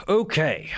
okay